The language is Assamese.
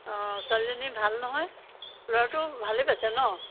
অঁ ছোৱালীজনী ভাল নহয় ল'ৰাটোও ভালেই পাইছে ন